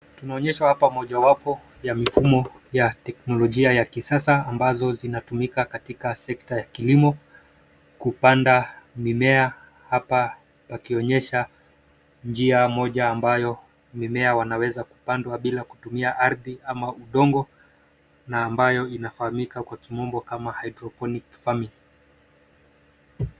Tumeonyeshwa hapa mojawapo ya mfumo ya teknolojia ya kisasa ambazo zinatumika katika sekta ya kilimo kupanda mimea hapa wakionyesha njia moja ambayo mimea wanaweza kupandwa bila kutumia ardhi au udongo na ambayo inafahamika kwa kimombo kama cs[hydroponic farming]cs